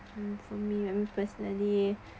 for me I mean personally